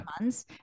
months